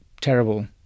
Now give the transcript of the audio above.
terrible